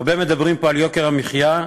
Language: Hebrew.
הרבה מדברים פה על יוקר המחיה,